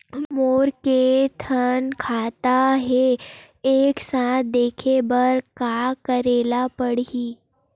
मोर के थन खाता हे एक साथ देखे बार का करेला पढ़ही?